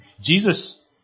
Jesus